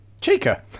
Chica